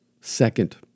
second